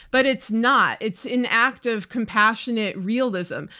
but it's not. it's inactive compassionate realism.